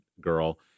girl